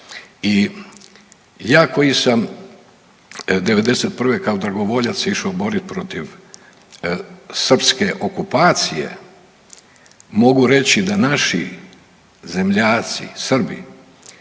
i ja koji sam '91. kao dragovoljac se išao borit protiv srpske okupacije, mogu reći da naši zemljaci, Srbi